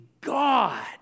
God